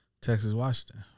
Texas-Washington